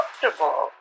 comfortable